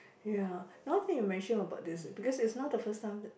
ya now that you mention about this because it's now the first time